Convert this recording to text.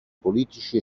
politici